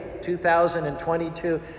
2022